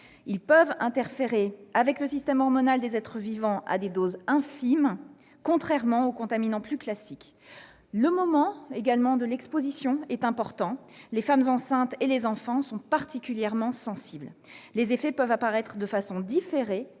Ils peuvent interférer avec le système hormonal des êtres vivants à des doses infimes, contrairement aux contaminants plus classiques. Le moment de l'exposition est important, les femmes enceintes et les enfants sont particulièrement sensibles. Les effets peuvent apparaître de façon différée